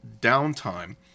Downtime